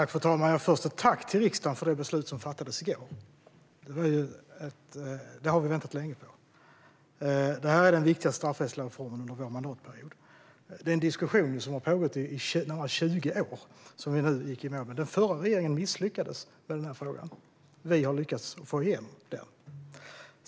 Fru talman! Först ett tack till riksdagen för det beslut som fattades i går! Det har vi väntat länge på. Det här är den viktigaste straffrättsliga reformen under vår mandatperiod. Det är en diskussion som har pågått i närmare 20 år som vi nu gått i mål med. Den förra regeringen misslyckades med det. Vi har lyckats få igenom det.